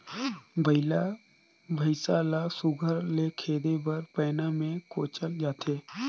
बइला भइसा ल सुग्घर ले खेदे बर पैना मे कोचल जाथे